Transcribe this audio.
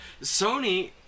Sony